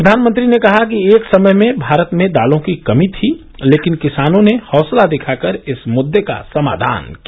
प्रधानमंत्री ने कहा कि एक समय में भारत में दालों की कमी थी लेकिन किसानों ने हौसला दिखाकर इस मुद्दे का समाधान किया